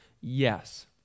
Yes